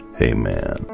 Amen